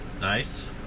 Nice